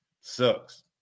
sucks